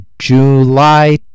July